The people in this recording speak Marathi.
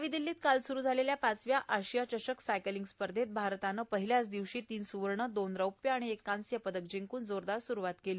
नवी दिल्लीत काल सुरू झालेल्या पाचव्या आशिया चषक सायकलिंग स्पर्धेत भारतानं पहिल्याच दिवशी तीन स्रवर्ण दोन रौप्य आणि एक कांस्य पदक जिंकून जोरदार स्ररूवात केली